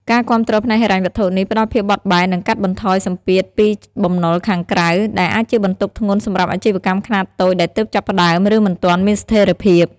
ការគាំទ្រផ្នែកហិរញ្ញវត្ថុនេះផ្តល់ភាពបត់បែន និងកាត់បន្ថយសម្ពាធពីបំណុលខាងក្រៅ ដែលអាចជាបន្ទុកធ្ងន់សម្រាប់អាជីវកម្មខ្នាតតូចដែលទើបចាប់ផ្តើម ឬមិនទាន់មានស្ថិរភាព។